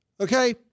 Okay